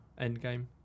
Endgame